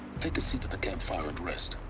take a seat at the campfire and rest.